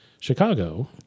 Chicago